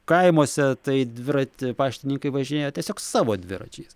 kaimuose tai dviratį paštininkai važinėja tiesiog savo dviračiais